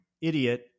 idiot